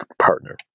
partner